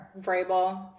Vrabel